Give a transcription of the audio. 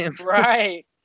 right